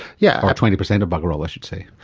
yeah or twenty percent of bugger-all i should say.